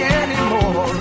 anymore